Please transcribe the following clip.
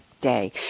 day